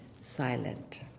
silent